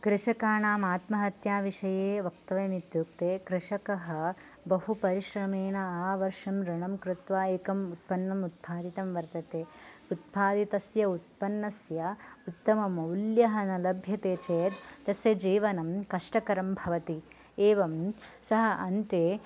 कृषकाणाम् आत्महत्या विषये वक्तव्यम् इत्युक्ते कृषकः बहु परिश्रमेण आवर्षम् ऋणं कृत्वा एकम् उत्पन्नम् उत्फारितं वर्तते उत्फारितस्य उत्पन्नस्य उत्तममूल्यः न लभ्यते चेत् तस्य जीवनं कष्टकरं भवति एवं सः अन्ते